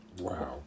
Wow